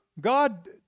God